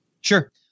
Sure